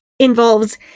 involves